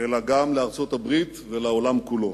אלא גם לארצות-הברית ולעולם כולו.